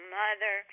mother